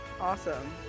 Awesome